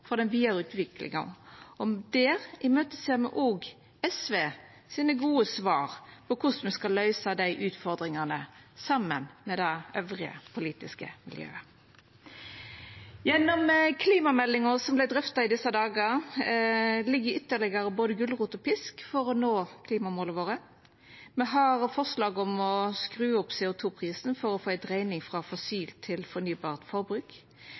for den vidare utviklinga. Der ser me òg fram til SV sine gode svar på korleis me skal løysa dei utfordringane, saman med resten av det politiske miljøet. I klimameldinga som me drøftar i desse dagar, ligg ytterlegare både gulrot og pisk for å nå klimamåla våre. Me har forslag om å skru opp CO 2 -prisen for å få ei dreiing frå fossilt til fornybart forbruk.